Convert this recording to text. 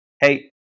hey